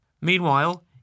Meanwhile